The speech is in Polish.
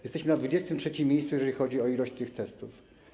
Jesteśmy na 23. miejscu, jeżeli chodzi o ilość tych testów.